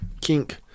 kink